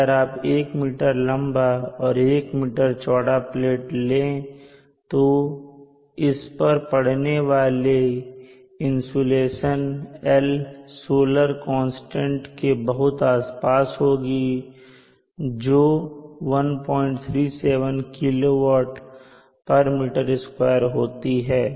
अगर आप 1 मीटर लंबा और 1 मीटर चौड़ा प्लेट ले तो इस पर पढ़ने वाली इंसुलेशन L सोलर कांस्टेंट के बहुत आसपास होगी जो 137 kWm2 होती है